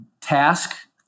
task